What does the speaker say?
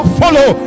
follow